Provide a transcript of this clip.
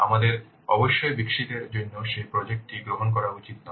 আমাদের অবশ্যই বিকশিতের জন্য সেই প্রজেক্ট টি গ্রহণ করা উচিত নয়